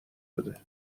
بده